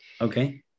Okay